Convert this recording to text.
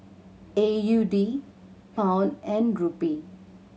A U D Pound and Rupee